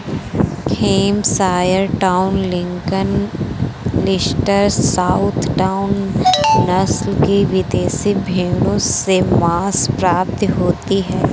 Hampshire town, Lincoln, Leicester, south town, नस्ल की विदेशी भेंड़ों से माँस प्राप्ति होती है